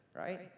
Right